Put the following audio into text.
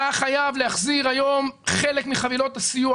אתה חייב להחזיר היום חלק מחבילות הסיוע